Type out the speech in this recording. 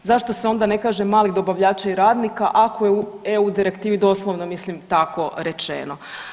Zašto se onda ne kaže malih dobavljača i radnika ako u EU direktivi doslovno mislim tako rečeno.